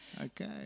Okay